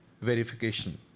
verification